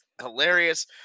hilarious